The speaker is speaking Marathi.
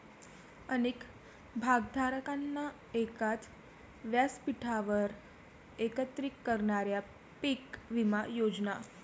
अनेक भागधारकांना एकाच व्यासपीठावर एकत्रित करणाऱ्या पीक विमा योजना